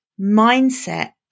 mindset